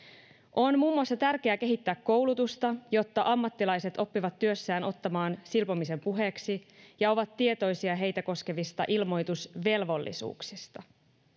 tärkeää muun muassa kehittää koulutusta jotta ammattilaiset oppivat työssään ottamaan silpomisen puheeksi ja ovat tietoisia heitä koskevista ilmoitusvelvollisuuksista